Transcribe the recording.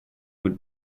would